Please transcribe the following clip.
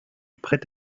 prête